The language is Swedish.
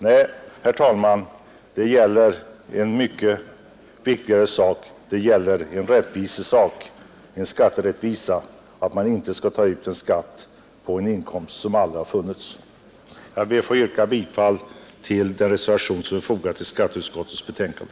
Nej, herr talman, det gäller en mycket viktigare sak, det gäller en rättvisesak, en skatterättvisa, ty man skall inte ta ut en skatt på en inkomst som aldrig funnits. Jag ber att få yrka bifall till den reservation som är fogad till skatteutskottets betänkande.